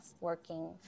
working